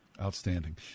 Outstanding